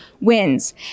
wins